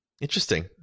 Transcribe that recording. Interesting